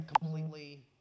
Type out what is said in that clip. completely